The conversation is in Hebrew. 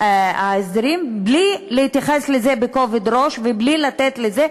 ההסדרים בלי להתייחס לזה בכובד ראש ובלי לתת לזה,